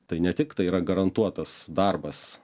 tai ne tik tai yra garantuotas darbas